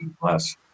plus